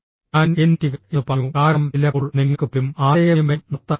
ഞാൻ എന്റിറ്റികൾ എന്ന് പറഞ്ഞു കാരണം ചിലപ്പോൾ നിങ്ങൾക്ക് പോലും ആശയവിനിമയം നടത്താൻ കഴിയും